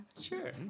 Sure